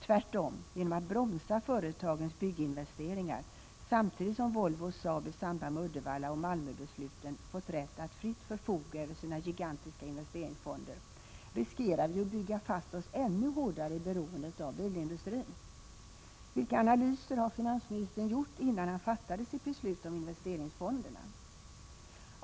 Tvärtom, genom att bromsa företagens bygginvesteringar samtidigt som Volvo och Saab i samband med Uddevallaoch Malmöbesluten fått rätt att fritt förfoga över sina gigantiska investeringsfonder riskerar vi att bygga fast oss ännu hårdare i beroendet av bilindustrin. Vilka analyser har finansministern gjort innan han fattat sitt beslut om investeringsfonderna?